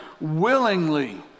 willingly